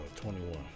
21